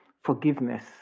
forgiveness